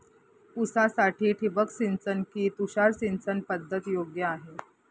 ऊसासाठी ठिबक सिंचन कि तुषार सिंचन पद्धत योग्य आहे?